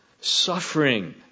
suffering